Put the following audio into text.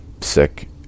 sick